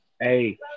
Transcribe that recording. Hey